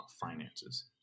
finances